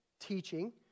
teaching